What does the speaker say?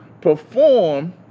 perform